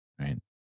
right